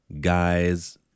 guys